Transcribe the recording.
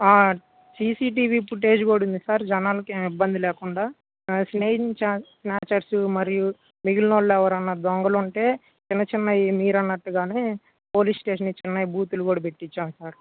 CCTV footage కూడా ఉంది sir జనాలకి ఏమీ ఇబ్బంది లేకుండా చైన్ స్నాచర్సు మరియు మిగిలిన వాళ్ళు ఎవరైనా దొంగలుంటే చిన్న చిన్న మీరన్నట్టుగానే పోలీస్ స్టేషన్ చిన్నయి బూతులు కూడా పెట్టిచ్చాము సార్